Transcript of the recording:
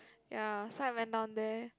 ya so I went down there